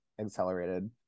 accelerated